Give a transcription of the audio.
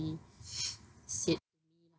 said